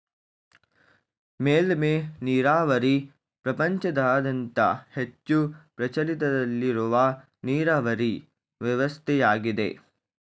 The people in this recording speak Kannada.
ಮೇಲ್ಮೆ ನೀರಾವರಿ ಪ್ರಪಂಚದಾದ್ಯಂತ ಹೆಚ್ಚು ಪ್ರಚಲಿತದಲ್ಲಿರುವ ನೀರಾವರಿ ವ್ಯವಸ್ಥೆಯಾಗಿದೆ